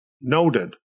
noted